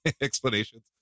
explanations